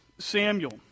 Samuel